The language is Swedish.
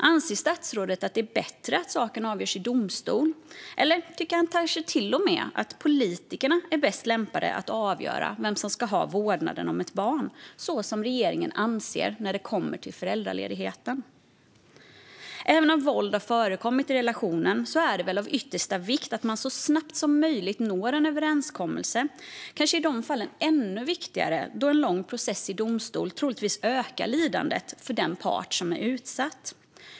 Anser statsrådet att det är bättre att saken avgörs i domstol, eller tycker han kanske till och med att politikerna är bäst lämpade att avgöra vem som ska ha vårdnaden om ett barn, så som regeringen anser när det kommer till föräldraledigheten? Även om våld har förekommit i relationen är det väl av yttersta vikt att man så snabbt som möjligt når en överenskommelse - kanske i de fallen ännu viktigare, då en lång process i domstol troligtvis ökar lidandet för den part som är utsatt.